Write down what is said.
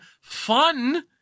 fun